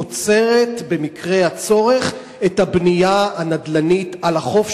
עוצרת במקרה הצורך את הבנייה הנדל"נית על החוף,